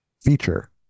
feature